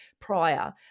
prior